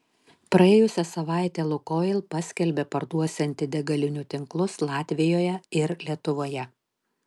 praėjusią savaitę lukoil paskelbė parduosianti degalinių tinklus latvijoje ir lietuvoje